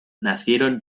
nacieron